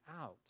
out